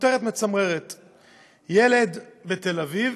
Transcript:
כותרת מצמררת: ילד בתל אביב,